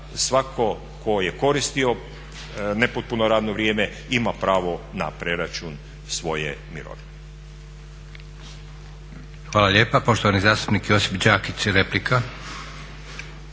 svatko tko je koristio nepotpuno radno vrijeme ima pravo na preračun svoje mirovine.